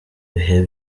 bihe